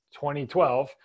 2012